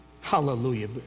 Hallelujah